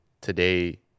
today